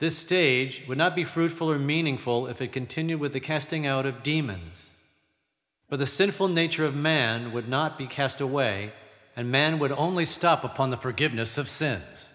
this stage would not be fruitful or meaningful if we continue with the casting out of demons but the sinful nature of man would not be cast away and man would only stop upon the forgiveness of sins